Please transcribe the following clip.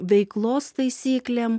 veiklos taisyklėm